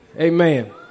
Amen